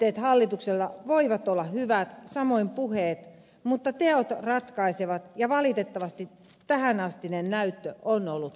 tavoitteet hallituksella voivat olla hyvät samoin puheet mutta teot ratkaisevat ja valitettavasti tähänastinen näyttö on ollut huonoa